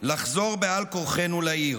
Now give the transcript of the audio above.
לחזור בעל כורחנו לעיר"